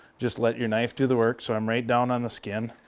just let your knife do the work. so i'm right down on the skin.